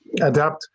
adapt